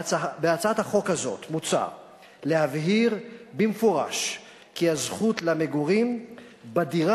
בהצעת החוק הזאת מוצע להבהיר במפורש כי הזכות למגורים בדירה